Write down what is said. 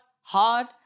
hard